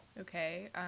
okay